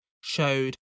showed